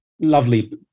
lovely